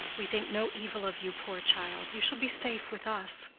we think no evil of you, poor child. you shall be safe with us,